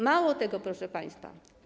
Mało tego, proszę państwa.